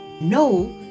no